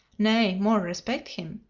nay, more respect him.